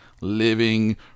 living